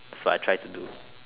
that's what I try to do